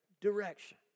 direction